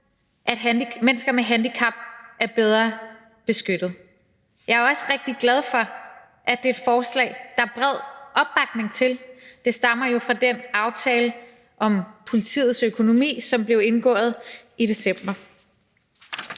at mennesker med handicap er bedre beskyttet. Jeg er også rigtig glad for, at det er et forslag, der er bred opbakning til – det stammer jo fra den aftale om politiets økonomi, som blev indgået i december.